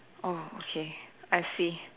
oh okay I see